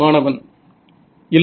மாணவன் இல்லை